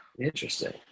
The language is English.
Interesting